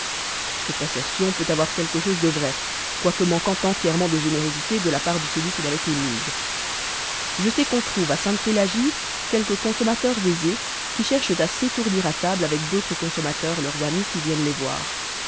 cette assertion peut avoir quelque chose de vrai quoique manquant entièrement de générosité de la part de celui qui l'avait émise je sais qu'on trouve à sainte-pélagie quelques consommateurs aisés qui cherchent à s'étourdir à table avec d'autres consommateurs leurs amis qui viennent les voir